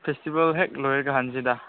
festival ꯍꯦꯛ ꯂꯣꯏꯔꯒ ꯍꯟꯁꯤꯗ